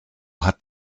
hat